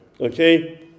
Okay